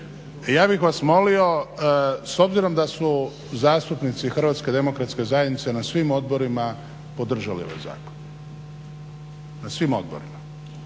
Ja bih vas molio s obzirom da su zastupnici HDZ-a na svim odborima podržali ovaj zakon, na svim odborima,